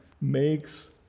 makes